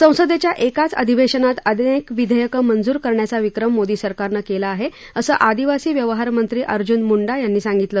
संसदेच्या एकाच अधिवेशनात अनेक विधेयकं मंजूर करण्याचा विक्रम मोदी सरकारनं केला आहे असं आदिवासी व्यवहार मंत्री अर्जून मुंडा यांनी सांगितलं